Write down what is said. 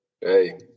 Hey